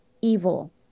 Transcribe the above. evil